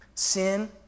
Sin